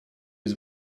was